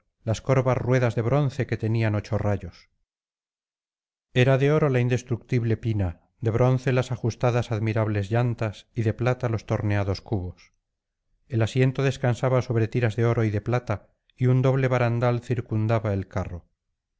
las corvas ruedas de bronce que tenían ocho rayos era de oro la indestructible pina de bronce las ajustadas admirables llantas y de plata los torneados cubos el asiento descansaba sobre tiras de oro y de plata y un doble barandal circundaba el carro